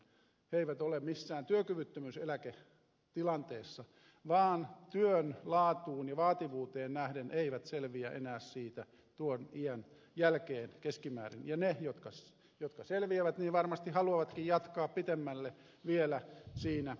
he eivät ole missään työkyvyttömyyseläketilanteessa vaan työn laatuun ja vaativuuteen nähden eivät selviä enää siitä tuon iän jälkeen keskimäärin ja ne jotka selviävät varmasti haluavatkin jatkaa pitemmälle vielä siinä arvokkaassa työssä